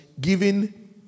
giving